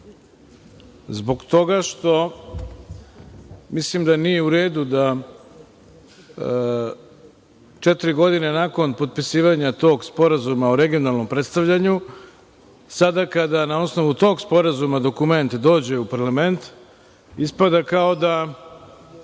zbog toga što mislim da nije u redu da četiri godine nakon potpisivanja tog sporazuma o regionalnom predstavljanju sada, kada na osnovu tog sporazuma dokument dođe u parlament, ispada kao da